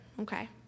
Okay